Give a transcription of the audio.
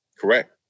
Correct